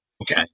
Okay